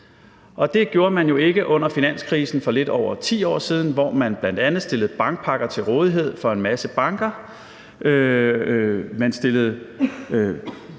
det gjorde sig jo ikke gældende under finanskrisen for lidt over 10 år siden, hvor man bl.a. stillede bankpakker til rådighed for en masse banker;